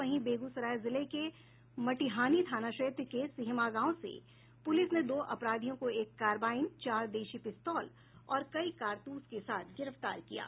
वहीं बेगूसराय जिले के मटिहानी थाना क्षेत्र के सिहमा गांव से पुलिस ने दो अपराधियों को एक कार्बाइन चार देशी पिस्तौल और कई कारतूस के साथ गिरफ्तार किया है